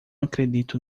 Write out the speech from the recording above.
acredito